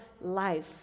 life